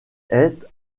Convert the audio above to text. est